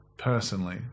Personally